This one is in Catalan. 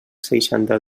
seixanta